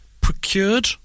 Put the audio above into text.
procured